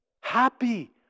happy